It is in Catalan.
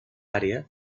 àrea